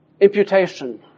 imputation